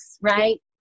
right